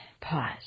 pause